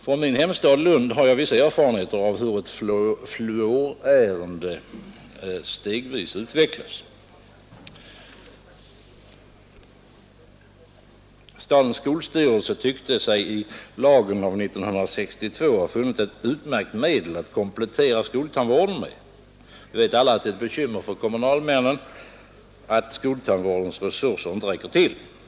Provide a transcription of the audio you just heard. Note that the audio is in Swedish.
Från min hemstad, Lund, har jag vissa erfarenheter av hur ett fluorärende stegvis utvecklas. Stadens skolstyrelse tyckte sig i lagen av 1962 ha funnit ett utmärkt medel att komplettera skoltandvården med. Vi vet alla att det är ett bekymmer för våra kommunalmän att skoltandvårdens resurser inte vill räcka till.